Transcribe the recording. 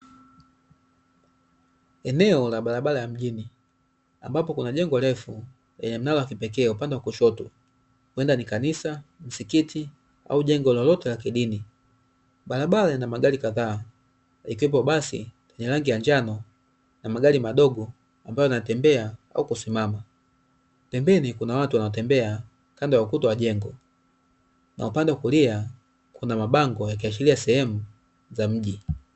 Eneo la barabara ya mjini ambapo kuna jengo refu lenye mnara wa kipekee upande wa kushoto wenda ni kanisa ,msikiti au jengo lolote la kidini barabara ina magari kadhaa ikiwepo basi lenye rangi ya njano na magari madogo ambayo yanatembea au kusimama pembeni kuna watu wanatembea kando ya ukuta wa jengo na upande wa kulia kuna mabango yakiashiria ya sehemu za mji.